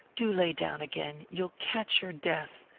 do lay down again. you'll catch your death.